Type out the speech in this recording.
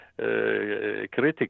critical